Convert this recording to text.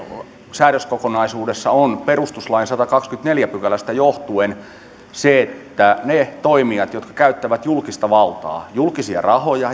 säädöskokonaisuudessa on perustuslain sadannestakahdennestakymmenennestäneljännestä pykälästä johtuen se että niiltä toimijoilta jotka käyttävät julkista valtaa ja julkisia rahoja